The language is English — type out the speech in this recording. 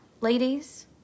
ladies